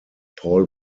paul